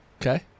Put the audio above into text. Okay